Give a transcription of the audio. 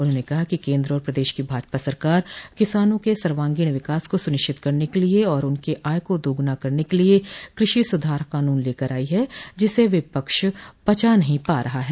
उन्होंने कहा कि केन्द्र और प्रदेश की भाजपा सरकार किसानों के सर्वांगीण विकास को सुनिश्चित करने के लिये और उनके आय को दोगूना करने के लिये कृषि सुधार कानून लेकर आई है जिसे विपक्ष पचा नहीं पा रहा है